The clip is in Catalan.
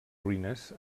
ruïnes